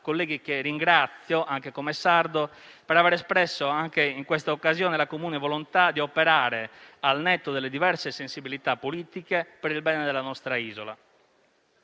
colleghi che ringrazio, come sardo, per aver espresso anche in questa occasione la comune volontà di operare, al netto delle diverse sensibilità politiche, per il bene della nostra Isola.